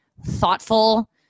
thoughtful